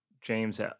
James